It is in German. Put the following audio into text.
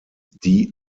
die